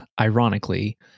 ironically